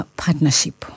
partnership